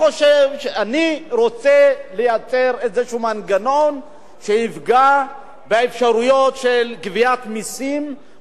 רוצה לייצר איזה מנגנון שיפגע באפשרויות של גביית מסים באמצעות מע"מ.